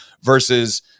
Versus